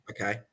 Okay